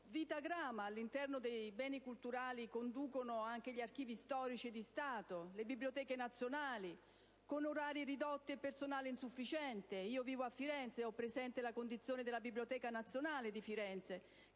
vita grama all'interno dei beni culturali conducono anche gli archivi storici e di Stato e le biblioteche nazionali, con orari ridotti e personale insufficiente. Io vivo a Firenze, e ho presente la condizione in cui versa la biblioteca nazionale della